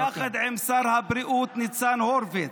יחד עם שר הבריאות ניצן הורוביץ,